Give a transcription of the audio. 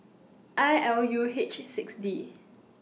I L U H six D